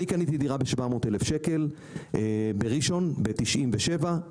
אני קניתי דירה ב-700 אלף שקל בראשון לציון ב-1997,